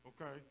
okay